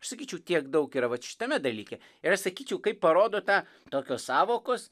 aš sakyčiau tiek daug yra vat šitame dalyke ir aš sakyčiau kaip parodo tą tokios sąvokos